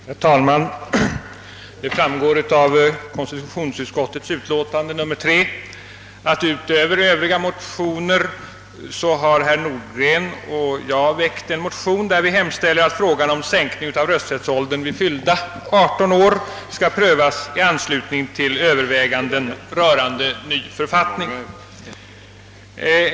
Herr talman! Det framgår av konstitutionsutskottets utlåtande nr 3 att utöver övriga motioner har herr Nordgren och jag väckt en motion om »att frågan om sänkning av rösträttsåldern till fyllda 18 år skall prövas i anslutning till överväganden rörande ny författning».